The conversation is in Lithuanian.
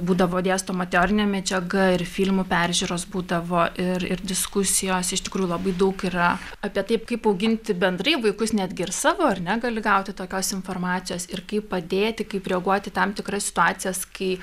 būdavo dėstoma teorinė medžiaga ir filmų peržiūros būdavo ir ir diskusijos iš tikrųjų labai daug yra apie tai kaip auginti bendrai vaikus netgi ir savo ar ne gali gauti tokios informacijos ir kaip padėti kaip reaguoti į tam tikras situacijas kai